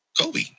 Kobe